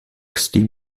steam